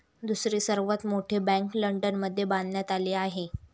दुसरी सर्वात मोठी बँक लंडनमध्ये बांधण्यात आली आहे